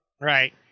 right